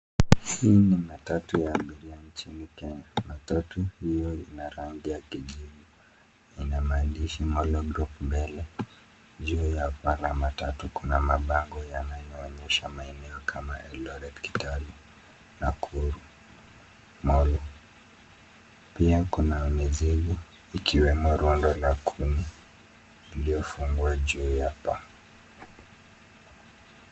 Hii ni matatu ya abiria nchini Kenya. Matatu hiyo ina rangi ya kijivu, ina maandishi Molo Group mbele . Juu ya paa la matatu kuna mabango yanayoonyesha maeneo kama Eldoret, Kitale, Nakuru, Molo. Pia kuna mizigo ikiwemo rundo la kuni iliyofungwa juu ya paa.